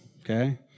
okay